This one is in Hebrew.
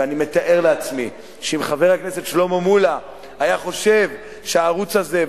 ואני מתאר לעצמי שאם חבר הכנסת שלמה מולה היה חושב שהערוץ הזה,